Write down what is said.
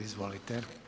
Izvolite.